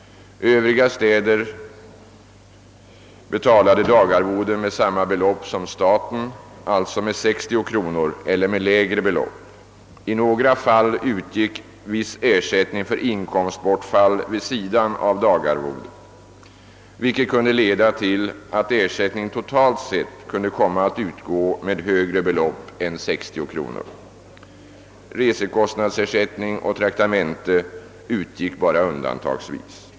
Övriga städer betalade dagarvode med samma belopp som staten, alltså med 60 kr., eller med lägre belopp. I några fall utgick viss ersättning för inkomstbortfall vid sidan av dagarvodet, vilket kunde leda till att ersättning totalt sett kunde komma att utgå med högre belopp än 60 kr. Resekostnadsersättning och traktamente utgick bara undantagsvis.